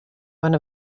one